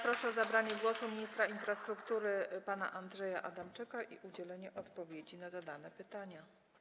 Proszę o zabranie głosu ministra infrastruktury pana Andrzeja Adamczyka i udzielenie odpowiedzi na zadane pytania.